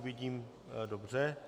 Vidím dobře.